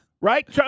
Right